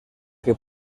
que